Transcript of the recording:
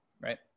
right